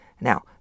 Now